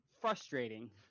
frustrating